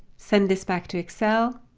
send this back to excel.